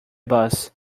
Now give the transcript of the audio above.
bus